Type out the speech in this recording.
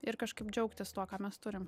ir kažkaip džiaugtis tuo ką mes turim